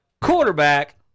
quarterback